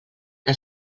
que